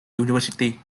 university